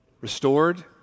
Restored